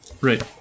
Right